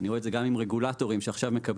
אני רואה את זה גם עם רגולטורים שעכשיו מקבלים